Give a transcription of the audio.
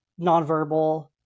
nonverbal